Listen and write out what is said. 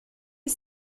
est